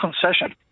concession